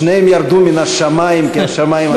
שניהם ירדו מהשמים כי השמים היו פתוחים,